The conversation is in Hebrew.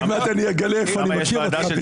עוד מעט אני אגלה מאיפה אני מכיר אותך,